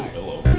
hello